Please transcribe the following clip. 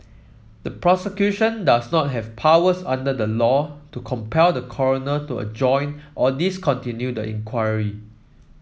the prosecution does not have powers under the law to compel the coroner to a join or discontinue an inquiry